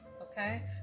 Okay